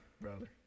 brother